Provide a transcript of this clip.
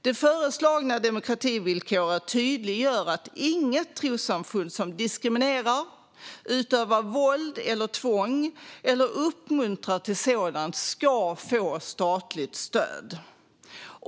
Det föreslagna demokrativillkoret tydliggör att inget trossamfund som diskriminerar, utövar våld eller tvång eller uppmuntrar till sådant ska få statligt stöd.